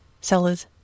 sellers